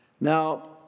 Now